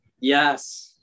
Yes